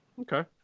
Okay